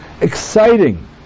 exciting